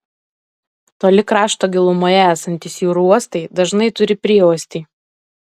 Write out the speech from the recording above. toli krašto gilumoje esantys jūrų uostai dažnai turi prieuostį